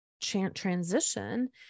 transition